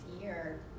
year